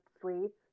sleep